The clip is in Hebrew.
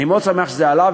אני מאוד שמח שזה עלה,